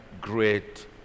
great